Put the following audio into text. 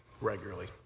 regularly